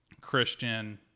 Christian